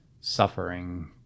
suffering